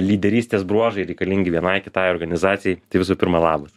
lyderystės bruožai reikalingi vienai kitai organizacijai tai visų pirma labas